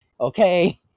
okay